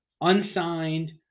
unsigned